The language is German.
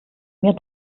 mehr